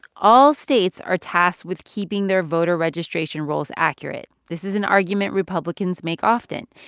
all states are tasked with keeping their voter registration rolls accurate. this is an argument republicans make often.